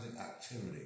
Activity